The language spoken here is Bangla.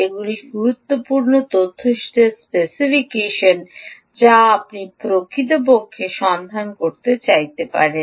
এগুলি গুরুত্বপূর্ণ তথ্য শিটের স্পেসিফিকেশন যা আপনি প্রকৃতপক্ষে সন্ধান করতে চাইতে পারেন